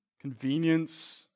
Convenience